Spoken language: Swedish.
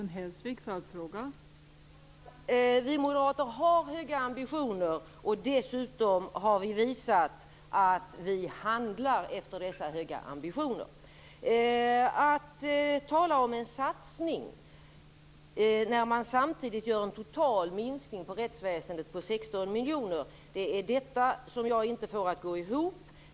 Fru talman! Vi moderater har höga ambitioner. Dessutom har vi visat att vi handlar efter dessa höga ambitioner. Man talar om en satsning och gör samtidigt en total minskning på rättsväsendet med 16 miljoner. Det får jag inte att gå ihop.